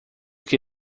que